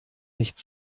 nicht